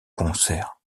concert